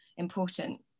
important